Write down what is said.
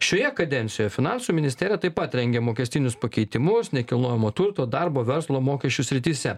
šioje kadencijo finansų ministerija taip pat rengia mokestinius pakeitimus nekilnojamo turto darbo verslo mokesčių srityse